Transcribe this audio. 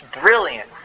brilliant